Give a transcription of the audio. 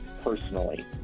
personally